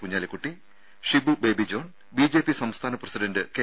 Kunhalikutty Shibu Baby John BJP സംസ്ഥാന president K